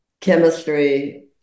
chemistry